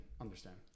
understand